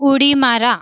उडी मारा